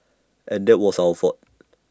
and that was our fault